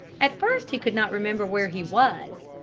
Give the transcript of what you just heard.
at first he could not remember where he was.